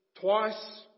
twice